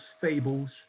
fables